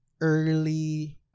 early